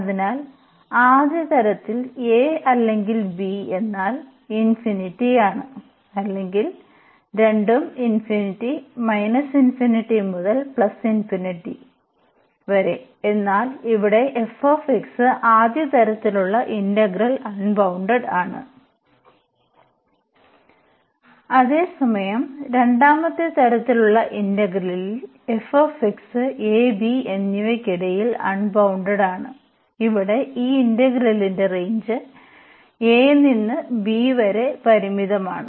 അതിനാൽ ആദ്യ തരത്തിൽ a അല്ലെങ്കിൽ b എന്നാൽആണ് അല്ലെങ്കിൽ രണ്ടും ∞ മുതൽ എന്നാൽ ഇവിടെ f ആദ്യ തരത്തിലുള്ള ഇന്റഗ്രലിൽ ബൌണ്ടഡ് ആണ് അതേസമയം രണ്ടാമത്തെ തരത്തിലുള്ള ഇന്റഗ്രലിൽ f a b എന്നിവയ്ക്കിടയിൽ അൺബൌണ്ടഡ് ആണ് ഇവിടെ ഈ ഇന്റഗ്രലിന്റെ റേഞ്ച് a നിന്ന് b വരെ ഫൈനെയ്റ്റാണ്